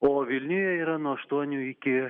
o vilniuje yra nuo aštuonių iki